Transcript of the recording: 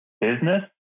business